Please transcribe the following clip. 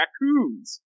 raccoons